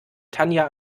tanja